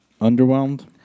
Underwhelmed